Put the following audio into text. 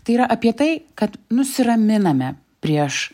tai yra apie tai kad nusiraminame prieš